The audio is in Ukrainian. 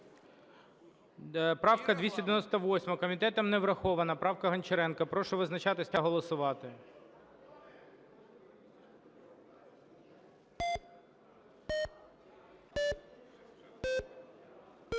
Правка 298-а комітетом не врахована, правка Гончаренка. Прошу визначатися та голосувати.